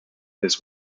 his